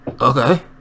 Okay